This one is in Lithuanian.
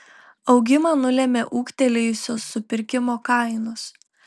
augimą nulėmė ūgtelėjusios supirkimo kainos